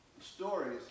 stories